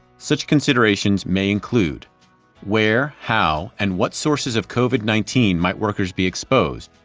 such considerations may include where how and what sources of covid nineteen might workers be exposed,